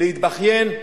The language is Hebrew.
להתבכיין,